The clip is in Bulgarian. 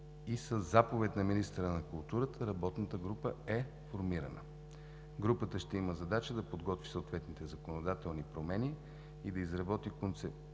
със заповед на министъра на културата работната група е формирана. Групата ще има задача да подготви съответните законодателни промени и да изработи концептуален